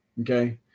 okay